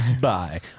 bye